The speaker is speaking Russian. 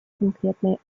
конкретное